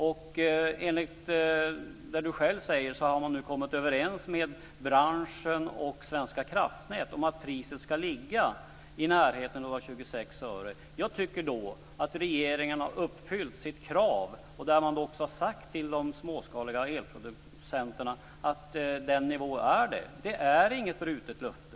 Enligt det Eva Flyborg själv säger har man nu kommit överens med branschen och Svenska kraftnät om att priset ska ligga i närheten av 26 öre. Jag tycker då att regeringen har uppfyllt sitt krav. Man har också sagt till de småskaliga elproducenterna att den nivån är det. Det är inget brutet löfte!